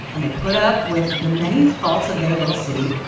and they put up with the many faults of their little city,